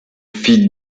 fit